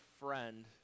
friend